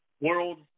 world